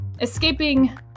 escaping